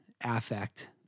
Affect